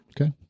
Okay